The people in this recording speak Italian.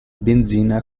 benzina